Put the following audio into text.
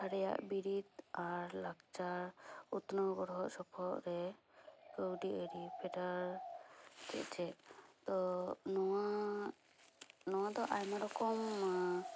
ᱟᱞᱮ ᱴᱚᱴᱷᱟ ᱨᱮᱭᱟ ᱵᱤᱨᱤᱫ ᱟᱨ ᱞᱟᱠᱪᱟᱨ ᱩᱛᱱᱟᱹᱣ ᱜᱚᱲᱚ ᱥᱚᱯᱚᱦᱚᱫ ᱨᱮ ᱠᱟᱹᱣᱰᱤ ᱟᱹᱨᱤ ᱯᱷᱮᱰᱟᱛ ᱪᱮᱫ ᱪᱮᱫ ᱛᱚ ᱱᱚᱣᱟ ᱫᱚ ᱟᱭᱢᱟ ᱨᱚᱠᱚᱢ